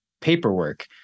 paperwork